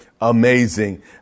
amazing